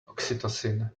oxytocin